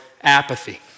apathy